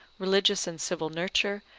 religious and civil nurture,